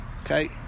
okay